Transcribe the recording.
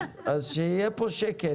אז שיהיה פה שקט.